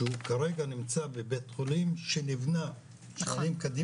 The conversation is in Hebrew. שהוא כרגע נמצא בבית חולים שנבנה --- קדימה,